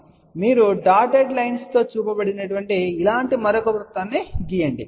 కాబట్టి మీరు dotted lines తో చూపబడిన ఇలాంటి మరొక వృత్తాన్ని గీయండి